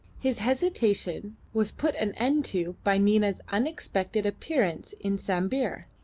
his hesitation was put an end to by nina's unexpected appearance in sambir.